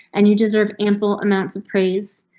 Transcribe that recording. and you deserve ample amounts of praise.